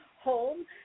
home